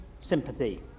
sympathy